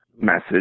message